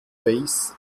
face